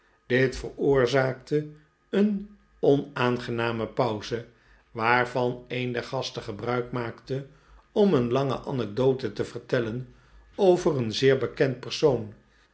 dit veroorzaakte een onaangename pauze waarvan een der gasten gebruik maakte om een lange anecdote te vertellen over een zeer bekend persoon